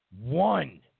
one